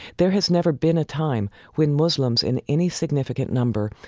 there has never been a time when muslims, in any significant number,